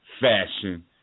fashion